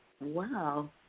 Wow